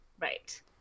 Right